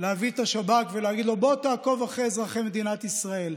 להביא את השב"כ ולהגיד לו: בוא תעקוב אחרי אזרחי מדינת ישראל.